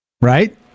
Right